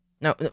No